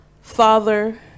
father